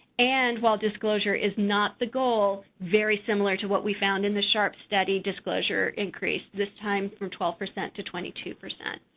and, while disclosure is not the goal very similar to what we found in the sharp study disclosure increased, this time from twelve percent to twenty two percent.